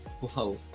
Wow